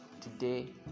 today